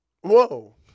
Whoa